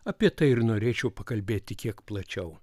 apie tai ir norėčiau pakalbėti kiek plačiau